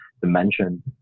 dimension